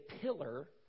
pillar